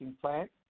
plant